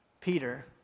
Peter